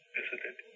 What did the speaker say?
visited